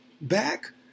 back